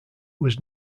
was